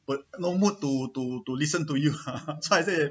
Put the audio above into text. word no mood to to to listen to you so I say